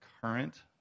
current